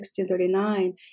1639